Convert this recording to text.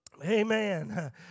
Amen